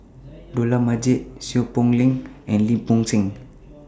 Dollah Majid Seow Poh Leng and Lim Bo Seng